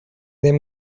them